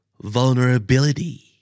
Vulnerability